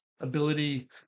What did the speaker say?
ability